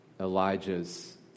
Elijah's